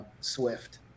Swift